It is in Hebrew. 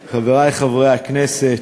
בבקשה?